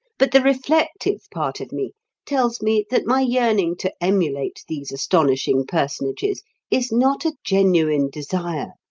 but the reflective part of me tells me that my yearning to emulate these astonishing personages is not a genuine desire,